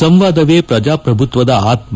ಸಂವಾದವೇ ಪ್ರಜಾಪ್ರಭುತ್ವದ ಆತ್ನ